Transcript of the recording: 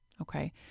Okay